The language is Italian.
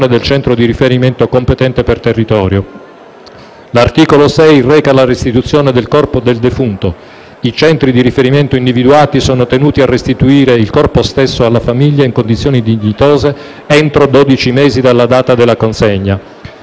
del centro di riferimento competente per territorio. L'articolo 6 reca la restituzione del corpo del defunto. I centri di riferimento individuati sono tenuti a restituire il corpo stesso alla famiglia in condizioni dignitose entro dodici mesi dalla data della consegna.